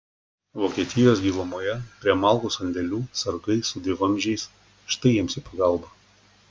vokietijos gilumoje prie malkų sandėlių sargai su dvivamzdžiais štai jiems į pagalbą